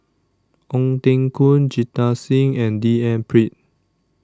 Ong Teng Koon Jita Singh and D N Pritt